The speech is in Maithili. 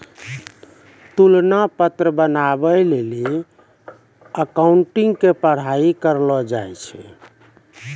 तुलना पत्र बनाबै लेली अकाउंटिंग के पढ़ाई करलो जाय छै